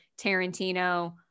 tarantino